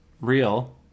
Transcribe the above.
real